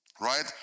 right